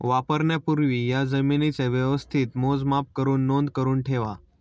वापरण्यापूर्वी या जमीनेचे व्यवस्थित मोजमाप करुन नोंद करुन ठेवा